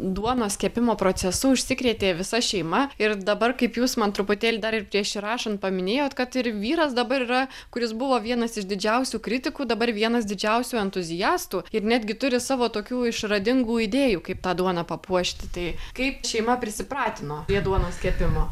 duonos kepimo procesu užsikrėtė visa šeima ir dabar kaip jūs man truputėlį dar ir prieš įrašant paminėjot kad ir vyras dabar yra kuris buvo vienas iš didžiausių kritikų dabar vienas didžiausių entuziastų ir netgi turi savo tokių išradingų idėjų kaip tą duoną papuošti tai kaip šeima prisipratino prie duonos kepimo